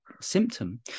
symptom